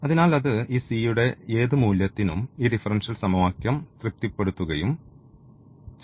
അതിനാൽ അത് ഈ c യുടെ ഏത് മൂല്യത്തിനും ഈ ഡിഫറൻഷ്യൽ സമവാക്യം തൃപ്തിപ്പെടുത്തുകയും ചെയ്യുന്നു